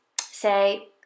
say